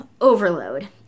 overload